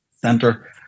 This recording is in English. center